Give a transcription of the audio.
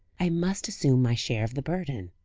i must assume my share of the burden.